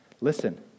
listen